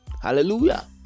Hallelujah